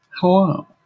Hello